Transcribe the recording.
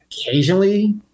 occasionally